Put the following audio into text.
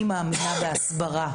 אני מאמינה בהסברה.